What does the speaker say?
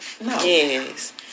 Yes